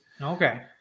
Okay